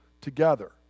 together